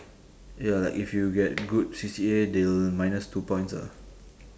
ya like if you get good C_C_A they will minus two points ah